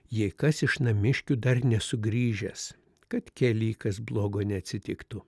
jei kas iš namiškių dar nesugrįžęs kad kelyj kas blogo neatsitiktų